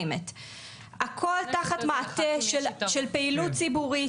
הכול תחת מעטה של פעילות ציבורית,